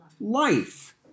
life